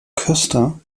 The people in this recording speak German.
köster